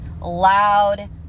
loud